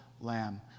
lamb